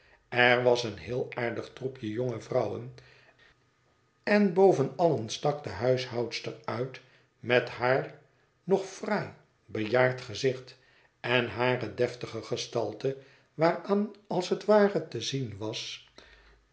er was een heel aardig troepje jonge vrouwen en boven allen stak de huishoudster uit met haar nog fraai bejaard gezicht en hare deftige gestalte waaraan als het ware te zien was